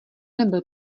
nebyl